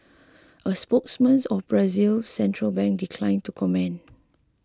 a spokesman for Brazil's central bank declined to comment